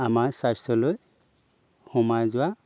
আমাৰ স্বাস্থ্যলৈ সোমাই যোৱা